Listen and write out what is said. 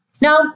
Now